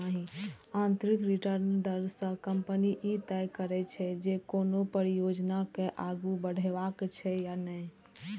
आंतरिक रिटर्न दर सं कंपनी ई तय करै छै, जे कोनो परियोजना के आगू बढ़ेबाक छै या नहि